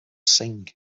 sing